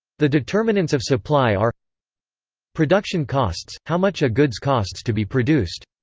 the determinants of supply are production costs how much a goods costs to be produced.